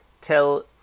tell